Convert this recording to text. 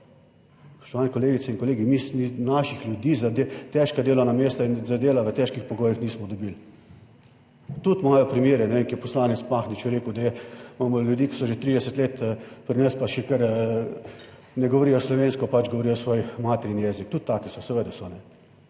Spoštovane kolegice in kolegi, mi naših ljudi za težka delovna mesta in za dela v težkih pogojih nismo dobili. Tudi imajo primere, ko je poslanec Mahnič je rekel, da imamo ljudi, ki so že 30 let pri nas, pa še kar ne govorijo slovensko pač govorijo svoj materni jezik, tudi taki so, seveda so.